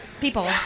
people